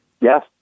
Yes